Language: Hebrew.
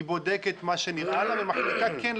היא בודקת מה שנראה לה ומחליטה כן,